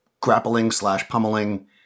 grappling-slash-pummeling